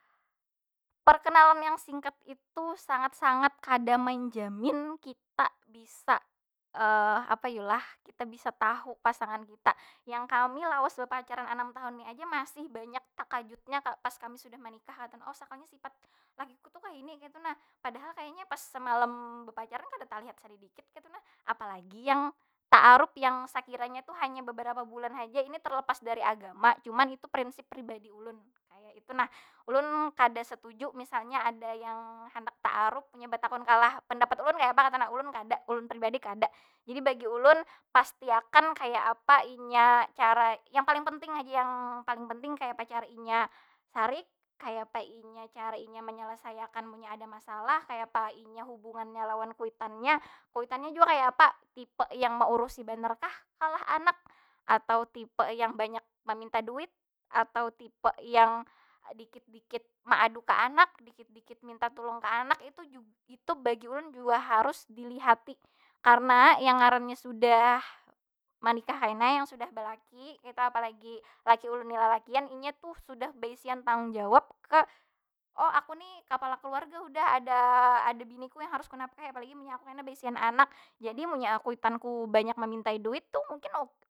Perkenalan yang singkat itu sangat- sangat kada menjamin kita bisa apa yu lah? Kita bisa tahu pasangan kita. Yang kami lawas bapacaran anam tahun ni aja masih banyak takajutnya pas kami sudah manikah kaytu nah. Oh sakalinya sifat lakiku tu kayni, kaytu nah. Padahal kayanya pas semalem bepacaran kada talihat saridikit kaytu nah. Apalagi yang taaruf yang sakiranya tu hanya babarapa bulan haja ini terlepas dari agama. Cuma itu prinsip pribadi ulun, kaya itu nah. Ulun kada satuju misalnya ada yang handak taaruf, nya batakun kalah pandapat ulun kayapa kaytu nah. Ulun kada. Ulun pribadi kada. Jadi bagi ulun pasti akan kaya apa inya, cara, yang paling penting haja yang paling penting. Kayapa cara inya sarik? Kayapa inya cara inya manyalasai akan munnya ada masalah? Kayapa inya hubungannya lawan kuitannya? Kuitannya jua kayapa? Tipe yang maurusi banar kah kalah anak? Atau tipe yang banyak maminta duit? Atau tipe yang dikit- dikit maadu ka anak? Dikit- dikit minta tulung ka anak? Itu itu bagi ulun jua harus dilihati. Karena yang ngarannya sudah manikah kena, yang sudah balaki. Kita apalagi, laki ulun ni lalakian inya tuh sudah baisian tanggung jawab ke. oh aku ni kapala kaluarga udah. Ada bini ku yang harus ku nafkahi, apalagi munnya aku kena baisian anak. Jadi munnya kuitanku banyak mamintai duit tu mungkin.